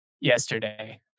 yesterday